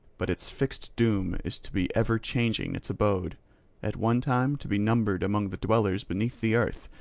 but its fixed doom is to be ever changing its abode at one time to be numbered among the dwellers beneath the earth,